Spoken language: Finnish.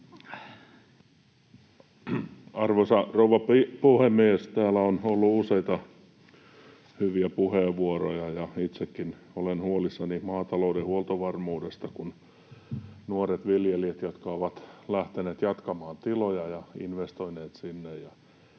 Arvoisa rouva puhemies! Täällä on ollut useita hyviä puheenvuoroja. Itsekin olen huolissani maatalouden huoltovarmuudesta, kun nuoret viljelijät ovat lähteneet jatkamaan tiloja ja investoineet sinne,